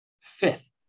Fifth